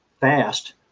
fast